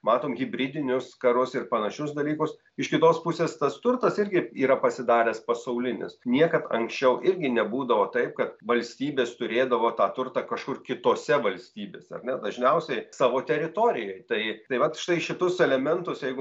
matom hibridinius karus ir panašius dalykus iš kitos pusės tas turtas irgi yra pasidaręs pasaulinis niekad anksčiau irgi nebūdavo taip kad valstybės turėdavo tą turtą kažkur kitose valstybėse ar ne dažniausiai savo teritorijoj tai tai vat štai šitus elementus jeigu